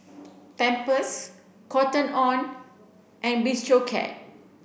Pampers Cotton On and Bistro Cat